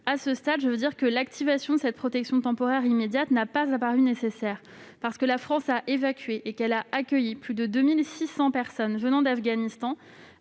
à ce stade, l'activation de cette protection temporaire immédiate n'est pas apparue nécessaire, parce que la France a évacué et accueilli plus de 2 600 personnes venant d'Afghanistan